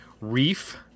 reef